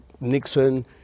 Nixon